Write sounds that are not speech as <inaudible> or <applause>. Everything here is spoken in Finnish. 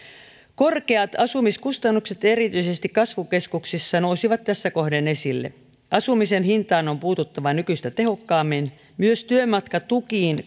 korkeat asumiskustannukset erityisesti kasvukeskuksissa nousivat tässä kohden esille asumisen hintaan on puututtava nykyistä tehokkaammin myös työmatkatukiin <unintelligible>